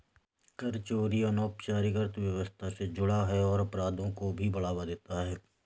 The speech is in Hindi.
कर चोरी अनौपचारिक अर्थव्यवस्था से जुड़ा है और अपराधों को भी बढ़ावा देता है